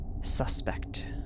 suspect